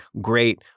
great